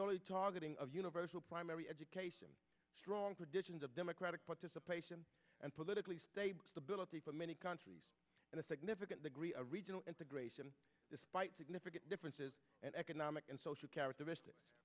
only talking of universal primary education strong traditions of democratic participation and politically stable stability for many countries and a significant degree a regional integration despite significant differences and economic and social characteristics